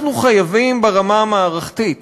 אנחנו חייבים ברמה המערכתית